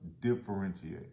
differentiate